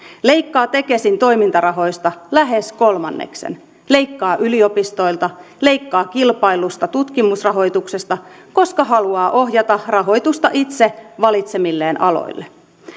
leikkaa tekesin toimintarahoista lähes kolmanneksen leikkaa yliopistoilta leikkaa kilpaillusta tutkimusrahoituksesta koska haluaa ohjata rahoitusta itse valitsemilleen aloille